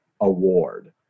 award